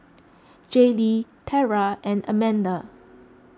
Jaylee Tera and Amanda